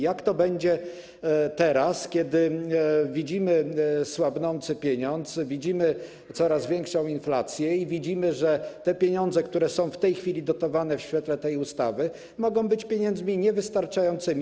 Jak będzie teraz, kiedy widzimy słabnący pieniądz, coraz większą inflację i widzimy, że pieniądze, które są w tej chwili dotowane w świetle tej ustawy, mogą być pieniędzmi niewystarczającymi?